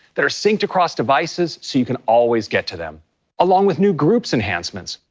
that are synced across devices so you can always get to them along with new groups enhancements.